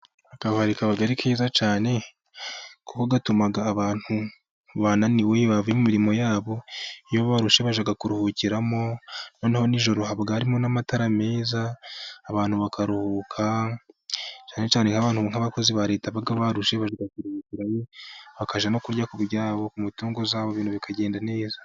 Akabari kaba ari keza cyane, kuko gatuma abantu bananiwe bava mu mirimo yabo, iyo barushye bajya kuruhukiramo, noneho nijoro haba harimo n'amatara meza, abantu bakaruhuka, cyane cyane nk'abakozi ba Leta baba barushye, bajya kuruhukirayo kurya ku byabo, ku mitungo yabo ibintu bikagenda neza.